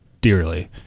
dearly